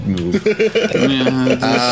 move